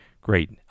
great